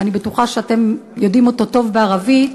ואני בטוחה שאתם יודעים אותו טוב בערבית: